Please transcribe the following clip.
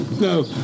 No